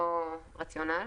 אותו רציונל.